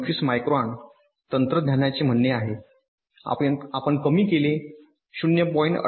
25 micron तंत्रज्ञानाचे म्हणणे आहे आपण कमी केले 0